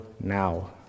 now